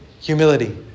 humility